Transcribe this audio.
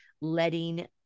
letting